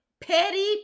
petty